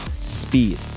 speed